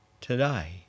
today